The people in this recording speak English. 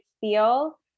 feel